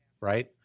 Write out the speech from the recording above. Right